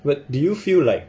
but do you feel like